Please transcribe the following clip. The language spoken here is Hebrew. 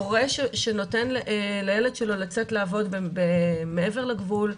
הורה שנותן לילד שלו לצאת לעבוד מעבר לגבול,